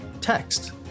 text